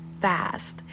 Fast